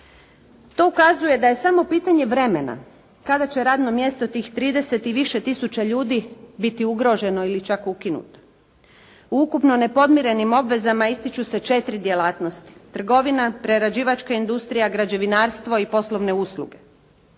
To ukazuje da je samo pitanje vremena kada će radno mjesto tih 30 i više tisuća ljudi biti ugroženo ili čak ukinuto. U ukupno nepodmirenim obvezama ističu se 4 djelatnosti. Trgovina, prerađivačka industrija, građevinarstvo i poslovne usluge.